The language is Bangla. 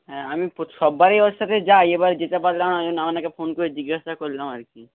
হ্যাঁ আমি সব বারেই ওর সাথে যাই এবার যেতে পারলাম না আপনাকে ফোন করে জিজ্ঞাসা করলাম আর কি